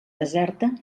deserta